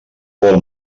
vol